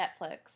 Netflix